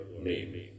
name